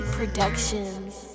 Productions